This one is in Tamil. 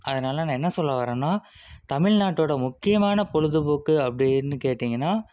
அதனால் நான் என்ன சொல்ல வர்றேன்னா தமிழ்நாட்டோட முக்கியமான பொழுதுபோக்கு அப்படின்னு கேட்டிங்கன்னா